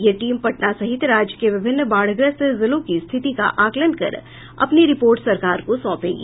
ये टीम पटना सहित राज्य के विभिन्न बाढ़ग्रस्त जिलों की स्थिति का आकलन कर अपनी रिपोर्ट सरकार को सौंपेगी